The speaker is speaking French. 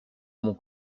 mon